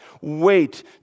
wait